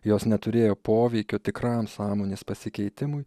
jos neturėjo poveikio tikram sąmonės pasikeitimui